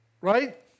right